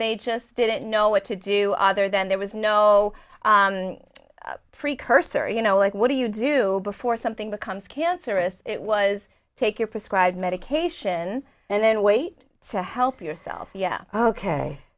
they just didn't know what to do other than there was no precursor you know like what do you do before something becomes cancerous it was take your prescribed medication and then wait to help yourself